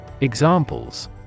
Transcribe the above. Examples